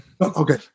Okay